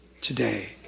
today